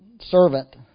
servant